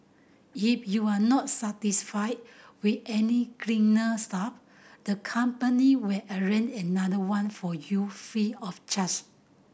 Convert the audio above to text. if you are not satisfied with any cleaner staff the company will arrange another one for you free of charge